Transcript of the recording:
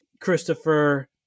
Christopher